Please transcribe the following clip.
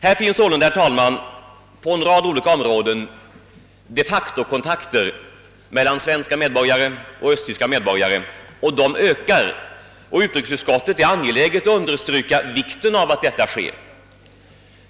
Här finns sålunda, herr talman, på en rad olika områden de facto kontakter mellan svenska medborgare och östtyska medborgare, och de ökar. Utrikesutskottet är angeläget om att understryka vikten av att detta sker.